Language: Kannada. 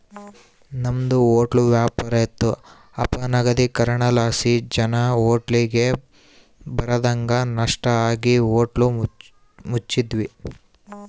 ನಮ್ದು ಹೊಟ್ಲ ವ್ಯಾಪಾರ ಇತ್ತು ಅಪನಗದೀಕರಣಲಾಸಿ ಜನ ಹೋಟ್ಲಿಗ್ ಬರದಂಗ ನಷ್ಟ ಆಗಿ ಹೋಟ್ಲ ಮುಚ್ಚಿದ್ವಿ